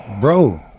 Bro